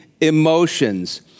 emotions